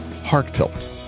Heartfelt